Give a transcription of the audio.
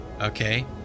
okay